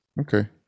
okay